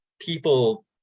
people